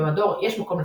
במדור "יש מקום לספק"